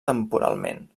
temporalment